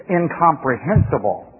incomprehensible